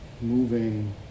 moving